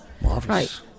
right